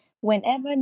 Whenever